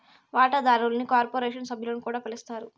వాటాదారుల్ని కార్పొరేషన్ సభ్యులని కూడా పిలస్తారు